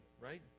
right